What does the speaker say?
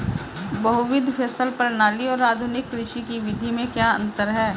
बहुविध फसल प्रणाली और आधुनिक कृषि की विधि में क्या अंतर है?